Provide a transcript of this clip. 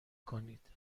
کنید